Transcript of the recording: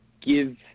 give